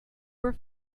were